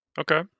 okay